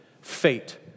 Fate